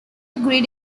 great